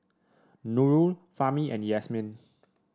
Nurul Fahmi and Yasmin